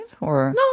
No